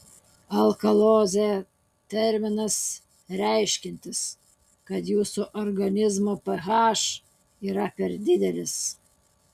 alkalozė terminas reiškiantis kad jūsų organizmo ph yra per didelis